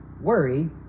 worry